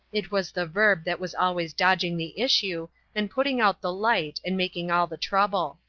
it was the verb that was always dodging the issue and putting out the light and making all the trouble.